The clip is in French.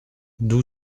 d’où